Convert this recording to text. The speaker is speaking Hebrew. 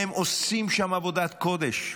והם עושים שם עבודת קודש,